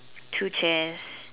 two chairs